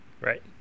Right